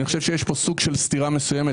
אני חושב שיש כאן סוג של סתירה מסוימת.